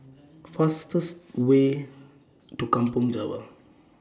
fastest Way to Kampong Java